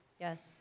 Yes